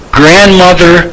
grandmother